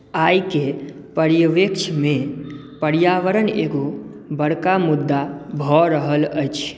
आइ के परिवेक्षमे पर्यावरण एगो बड़का मुद्दा भऽ रहल अछि